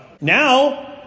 Now